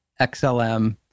XLM